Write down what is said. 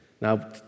Now